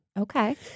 Okay